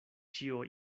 ĉio